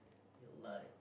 a live